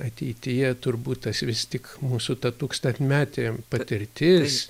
ateityje turbūt tas vis tik mūsų ta tūkstantmetė patirtis